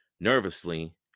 Nervously